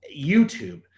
YouTube